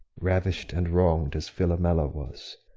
ravish'd and wrong'd as philomela was,